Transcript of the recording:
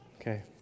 Okay